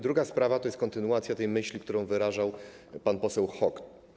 Druga sprawa to jest kontynuacja tej myśli, którą wyrażał pan poseł Hok.